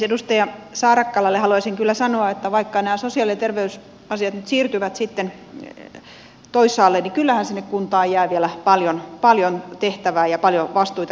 edustaja saarakkalalle haluaisin kyllä sanoa että vaikka nämä sosiaali ja terveysasiat nyt siirtyvät sitten toisaalle niin kyllähän sinne kuntaan jää vielä paljon tehtävää ja paljon vastuita kannettavaksi